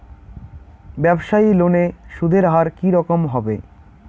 ব্যবসায়ী লোনে সুদের হার কি রকম হবে?